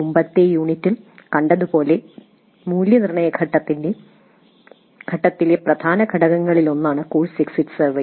മുമ്പത്തെ യൂണിറ്റിൽ കണ്ടതുപോലെ മൂല്യനിർണ്ണയ ഘട്ടത്തിലെ പ്രധാന ഘടകങ്ങളിലൊന്നാണ് കോഴ്സ് എക്സിറ്റ് സർവേ